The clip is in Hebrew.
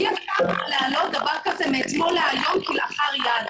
אי אפשר להעלות דבר כזה מאתמול להיום כלאחר יד,